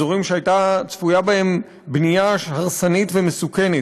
אזורים שהייתה צפויה בהם בנייה הרסנית ומסוכנת.